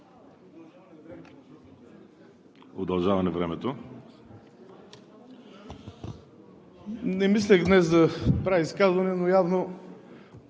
Не мислех днес да правя изказване, но явно,